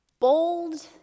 Bold